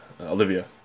Olivia